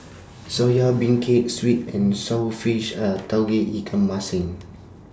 Soya Beancurd Sweet and Sour Fish and Tauge Ikan Masin